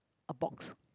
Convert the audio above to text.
a box